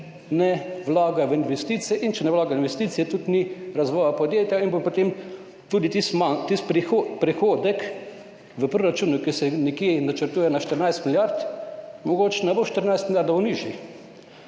ne vlagajo v investicije. In če ne vlagajo v investicije, tudi ni razvoja podjetja in potem tudi tisti prihodek v proračunu, ki se načrtuje nekje na 14 milijard, mogoče ne bo 14 milijard, bo nižji.